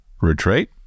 retreat